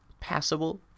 passable